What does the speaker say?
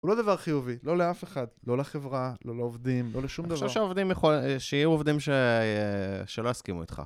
הוא לא דבר חיובי, לא לאף אחד, לא לחברה, לא לעובדים, לא לשום דבר. אני חושב שהעובדים יכול... שיהיו עובדים שלא יסכימו איתך.